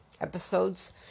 episodes